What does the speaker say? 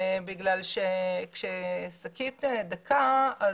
כי כששקית דקה,